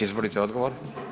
Izvolite odgovor.